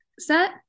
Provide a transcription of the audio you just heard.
set